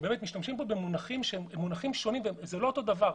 משתמשים פה במונחים שהם שונים וזה לא אותו דבר.